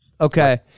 Okay